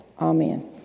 Amen